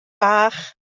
bach